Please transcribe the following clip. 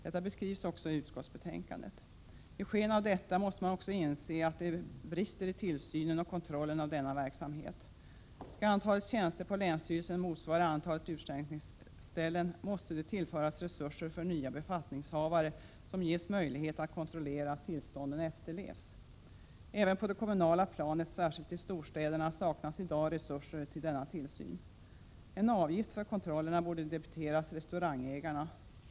Detta beskrivs också i utskottsbetänkandet. Mot bakgrund av detta måste man också inse att det brister i tillsynen och kontrollen av denna verksamhet. Skall antalet tjänster på länsstyrelserna motsvara antalet utskänkningsställen måste det tillföras resurser för nya befattningshavare som ges möjlighet att kontrollera att tillstånden efterlevs. Även på det kommunala planet, särskilt i storstäderna, saknas i dag resurser till denna tillsyn. En avgift för kontrollerna borde debiteras restaurangägaren.